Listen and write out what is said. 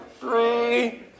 three